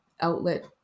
outlet